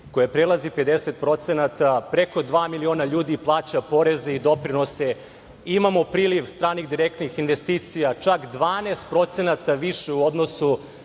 koja prelazi preko 10%, preko dva miliona ljudi plaća poreze i doprinose. Imamo priliv stranih direktnih investicija čak 12% više u odnosu